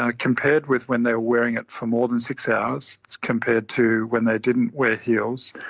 ah compared with when they were wearing it for more than six hours compared to when they didn't wear heels,